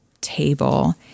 Table